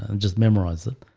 and just memorize it.